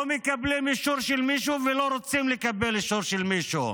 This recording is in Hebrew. לא מקבלים אישור של מישהו ולא רוצים לקבל אישור של מישהו.